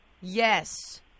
yes